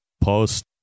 post